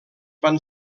van